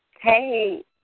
Hey